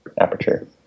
aperture